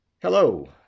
Hello